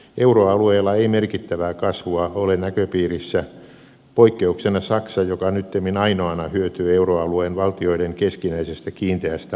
euroalueella ei merkittävää kasvua ole näköpiirissä poikkeuksena saksa joka nyttemmin ainoana hyötyy euroalueen valtioiden keskinäisestä kiinteästä valuuttakurssista